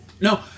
no